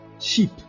sheep